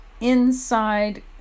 inside